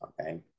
okay